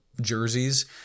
jerseys